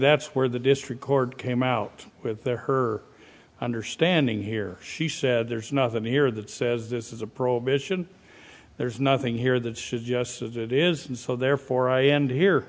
that's where the district court came out with their her understanding here she said there's nothing here that says this is a prohibition there's nothing here that should yes it is so therefore i and here